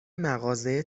مغازه